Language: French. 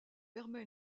permet